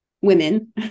women